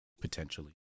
potentially